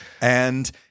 and-